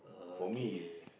for me is